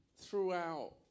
throughout